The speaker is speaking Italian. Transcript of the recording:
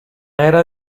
era